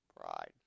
pride